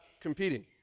competing